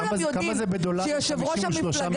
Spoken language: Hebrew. כמה זה בדולרים 53 מיליארד?